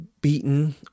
beaten